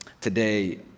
today